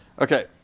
Okay